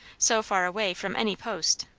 so far away from any post,